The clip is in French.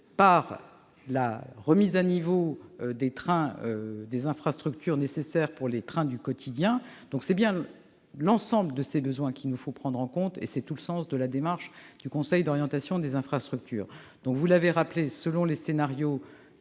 à la remise à niveau des infrastructures nécessaires pour les trains du quotidien. C'est bien l'ensemble de ces besoins qu'il nous faut prendre en compte, et c'est tout le sens de la démarche du Conseil d'orientation des infrastructures. Vous l'avez rappelé, selon les scénarios,